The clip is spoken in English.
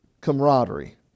Camaraderie